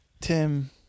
Tim